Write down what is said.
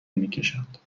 نمیکشند